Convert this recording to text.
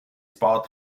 sports